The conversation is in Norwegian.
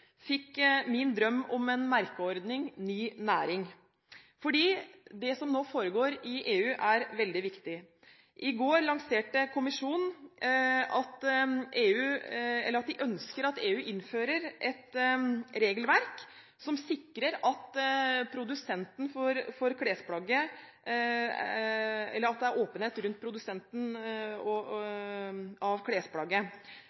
fikk min drøm om en merkeordning ny næring. For det som nå foregår i EU, er veldig viktig. I går lanserte Kommisjonen et ønske om at EU innfører et regelverk som sikrer at det er åpenhet rundt produsenten av klesplagget. Blir dette gjeldende EU-rett, blir det selvfølgelig også norsk rett, og